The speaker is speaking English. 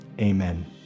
amen